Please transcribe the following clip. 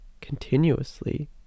continuously